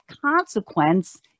consequence